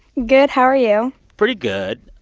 good. how are you? pretty good.